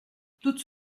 toutes